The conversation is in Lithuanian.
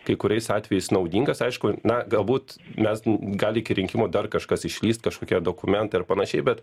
kai kuriais atvejais naudingas aišku na galbūt mes gali iki rinkimų dar kažkas išlįst kažkokie dokumentai ar panašiai bet